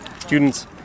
students